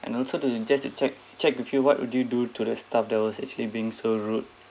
and also to just to check check with you what would you do to the staff that was actually being so rude